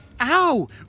Ow